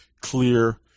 clear